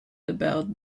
about